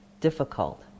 difficult